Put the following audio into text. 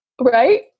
Right